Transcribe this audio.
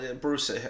Bruce